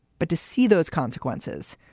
but to see those consequences,